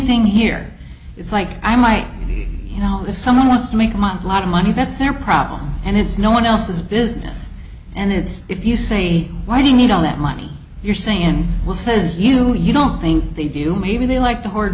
thing here it's like i might be you know if someone wants to make money a lot of money that's their problem and it's no one else's business and it's if you say why do you need all that money you're saying will says you know you don't think they do maybe they like to hoard